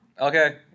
okay